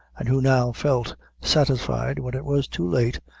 and who now felt satisfied, when it was too late,